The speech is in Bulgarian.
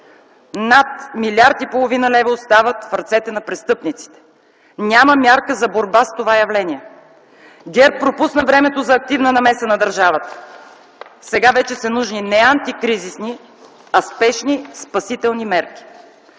над милиард и половина лева остават в ръцете на престъпниците. Няма мярка за борба с това явление. ГЕРБ пропусна времето за активна намеса на държавата. Сега вече са нужни не антикризисни, а спешни спасителни мерки.